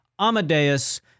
Amadeus